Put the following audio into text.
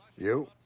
you?